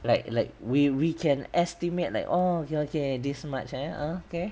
like like we we can estimate like oh okay okay this much ah oh okay